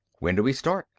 when do we start?